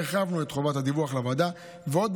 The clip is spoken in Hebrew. הרחבנו את חובת הדיווח לוועדה ועוד.